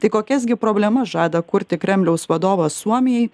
tai kokias gi problemas žada kurti kremliaus vadovas suomijai